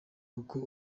uko